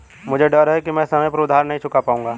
मुझे डर है कि मैं समय पर उधार नहीं चुका पाऊंगा